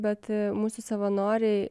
bet mūsų savanoriai